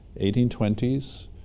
1820s